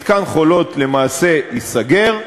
מתקן "חולות" למעשה ייסגר,